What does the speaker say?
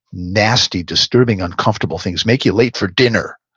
nasty, disturbing, uncomfortable things make you late for dinner.